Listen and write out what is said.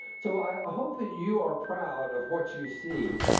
so i hope that you are proud of what you see.